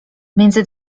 między